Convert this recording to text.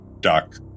Doc